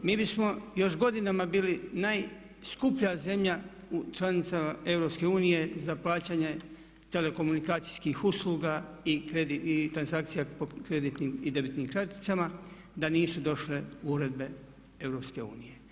Mi bismo još godinama bili najskuplja zemlja članica EU za plaćanje telekomunikacijskih usluga i transakcija po kreditnim i debitnim karticama da nisu došle uredbe EU.